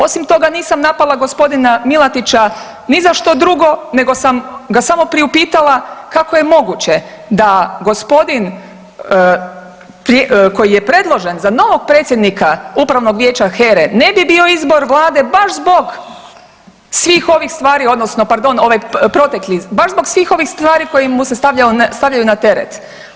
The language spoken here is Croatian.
Osim toga nisam napala gospodina MIlatića ni za što drugo nego sam ga samo priupitala kako je moguće da gospodin koji je predložen za novog predsjednika upravnog vijeća HERE ne bi bio izbor Vlade baš zbog svih ovih stvari, odnosno pardon ovaj protekli, baš zbog svih ovih stvari koje mu se stavljaju na teret.